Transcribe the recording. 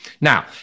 Now